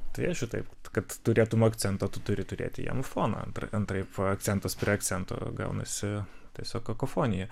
tai aišku taip kad turėtum akcentą tu turi turėti jiem foną antraip akcentas prie akcento gaunasi tiesiog kakofonija